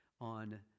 on